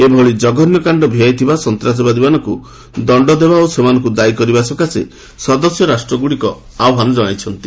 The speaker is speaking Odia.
ଏଭଳି ଜଘନ୍ୟକାଣ୍ଡ ଭିଆଇଥିବା ସନ୍ତାସବାଦୀମାନଙ୍କୁ ଦଶ୍ଚ ଦେବା ଓ ସେମାନଙ୍କୁ ଦାୟୀ କରିବା ସକାଶେ ସଦସ୍ୟ ରାଷ୍ଟ୍ରଗୁଡ଼ିକ ଆହ୍ପାନ ଜଣାଇଛନ୍ତି